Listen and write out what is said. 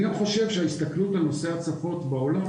אני גם חושב שההסתכלות על נושא ההצפות בעולם